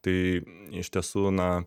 tai iš tiesų na